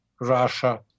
Russia